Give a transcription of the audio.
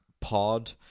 Pod